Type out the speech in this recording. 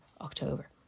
October